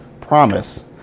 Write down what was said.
promise